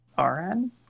rn